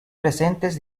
presentes